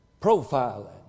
Profiling